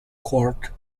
court